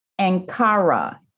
Ankara